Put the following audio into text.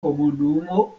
komunumo